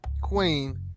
queen